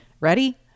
Ready